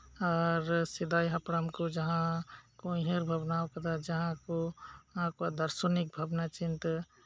ᱟᱨ ᱥᱮᱫᱟᱭ ᱦᱟᱯᱲᱟᱢ ᱠᱚ ᱡᱟᱦᱟᱸ ᱠᱚ ᱩᱭᱦᱟᱹᱨ ᱵᱷᱟᱵᱱᱟ ᱟᱠᱟᱫᱟ ᱡᱟᱦᱟᱸ ᱠᱚ ᱚᱱᱟ ᱟᱠᱚᱣᱟᱜ ᱫᱟᱨᱥᱚᱱᱤᱠ ᱵᱷᱟᱵᱱᱟ ᱪᱤᱱᱛᱟᱹ